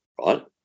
right